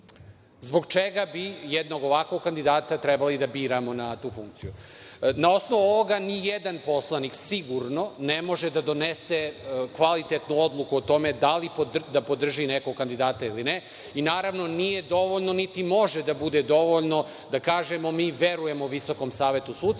zbog čega bi jednog ovakvog kandidata trebali da biramo na tu funkciju. Na osnovu ovoga, nijedan poslanik sigurno ne može da donese kvalitetnu odluku o tome da li da podrži nekog kandidata ili ne. Naravno, nije dovoljno niti može da bude dovoljno da kažemo – mi verujemo Visokom savetu sudstva,